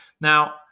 Now